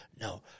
no